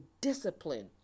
discipline